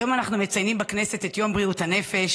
היום אנחנו מציינים בכנסת את יום בריאות הנפש,